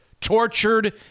Tortured